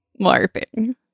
LARPing